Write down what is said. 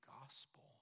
gospel